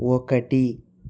ఒకటి